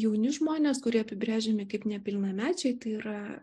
jauni žmonės kurie apibrėžiami kaip nepilnamečiai tai yra